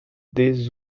des